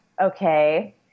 okay